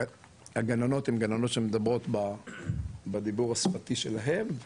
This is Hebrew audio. הגננות הן גננות שמדברות בדיבור השפתי שלהם,